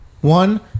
one